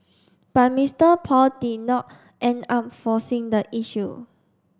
but Mister Paul did not end up forcing the issue